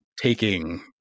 taking